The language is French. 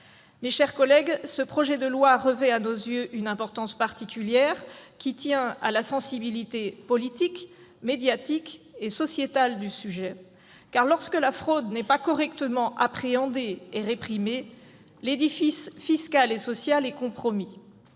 Mes chers collègues, ce projet de loi revêt à nos yeux une importance particulière, qui tient à la sensibilité politique, médiatique et sociétale du sujet. En effet, lorsque la fraude n'est pas correctement appréhendée et réprimée, l'édifice fiscal et social est compromis.